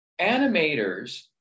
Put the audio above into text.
animators